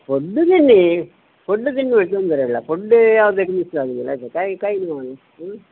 food ತಿನ್ನಿ food ತಿನ್ಬೇಕು ತೊಂದರೆ ಇಲ್ಲ ಫುಡ್ಡು ಯಾವ್ದಕ್ಕೆ ಮಿಸ್ ಆಗುವುದಿಲ್ಲ ಆಯಿತ